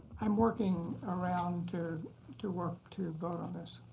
um working around to to work to vote on this.